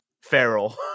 Feral